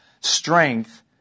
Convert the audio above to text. strength